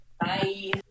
Bye